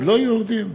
לא-יהודים,